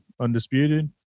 Undisputed